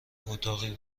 اتاقی